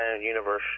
Universe